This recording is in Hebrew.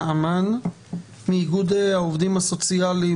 ולאחר מכן גם על מעגלים רחבים הרבה יותר של קהלים שונים,